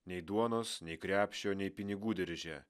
nei duonos nei krepšio nei pinigų dirže